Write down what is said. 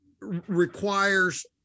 requires